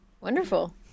Wonderful